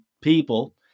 people